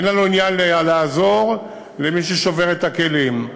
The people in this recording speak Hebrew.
אין לנו עניין לעזור למי ששובר את הכלים,